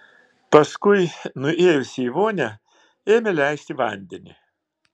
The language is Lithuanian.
paskui nuėjusi į vonią ėmė leisti vandenį